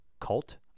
cult